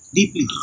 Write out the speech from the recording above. Deeply